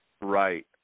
Right